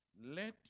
let